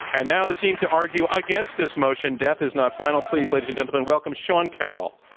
and now the team to argue against this motion, death is not final, please, ladies and gentlemen, welcome sean carroll.